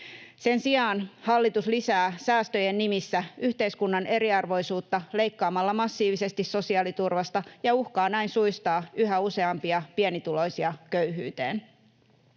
Sen sijaan hallitus lisää säästöjen nimissä yhteiskunnan eriarvoisuutta leikkaamalla massiivisesti sosiaaliturvasta ja uhkaa näin suistaa yhä useampia pienituloisia köyhyyteen.